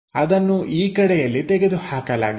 ಅದನ್ನು ಈ ಕಡೆಯಲ್ಲಿ ತೆಗೆದುಹಾಕಲಾಗಿದೆ